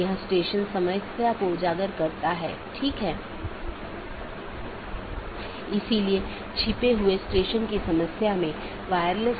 network layer reachability की जानकारी की एक अवधारणा है